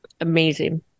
amazing